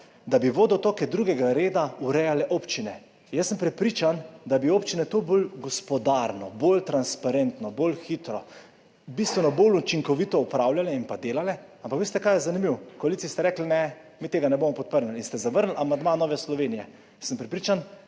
da bi vodotoke 2. reda urejale občine. Jaz sem prepričan, da bi občine to bolj gospodarno, bolj transparentno, bolj hitro, bistveno bolj učinkovito upravljale in delale. Ampak veste, kaj je zanimivo? V koaliciji ste rekli ne, mi tega ne bomo podprli, in ste zavrnili amandma Nove Slovenije. Prepričan